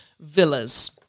Villas